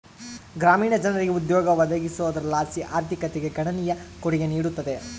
ಗ್ರಾಮೀಣ ಜನರಿಗೆ ಉದ್ಯೋಗ ಒದಗಿಸೋದರ್ಲಾಸಿ ಆರ್ಥಿಕತೆಗೆ ಗಣನೀಯ ಕೊಡುಗೆ ನೀಡುತ್ತದೆ